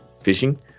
fishing